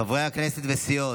חברי הכנסת וסיעות,